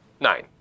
nine